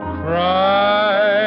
cry